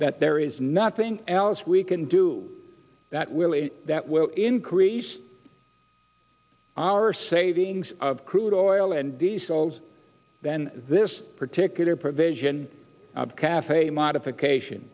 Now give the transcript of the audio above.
that there is nothing else we can do that willy that will increase our savings of crude oil and the souls then this particular provision of cafe modification